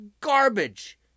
garbage